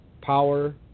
Power